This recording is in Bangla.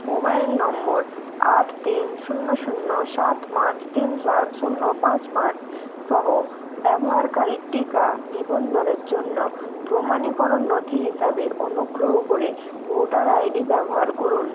মোবাইল নম্বর আট তিন শূন্য শূন্য সাত পাঁচ তিন সাত শূন্য পাঁচ পাঁচ সহ ব্যবহারকারীর টিকা নিবন্ধনের জন্য প্রমাণীকরণ নথি হিসাবে অনুগ্রহ করে ভোটার আইডি ব্যবহার করুন